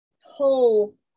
whole